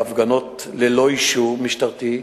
ההפגנות הן ללא אישור משטרתי,